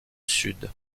sud